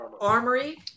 armory